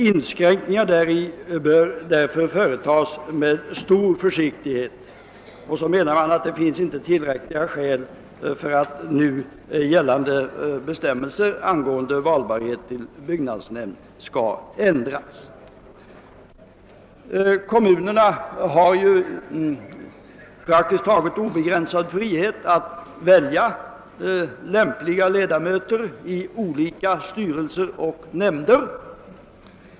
Inskränkningar däri bör därför företas med stor försiktighet, och man menar att det inte finns tillräckliga skäl för att nu gällande bestämmelser angående valbarhet till byggnadsnämnd skall ändras. Kommunerna har ju praktiskt taget obegränsad frihet att välja ledamöter i olika styrelser och nämnder.